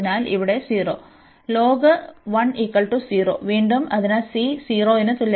അതിനാൽ വീണ്ടും അതിനാൽ c 0 ന് തുല്യമാണ്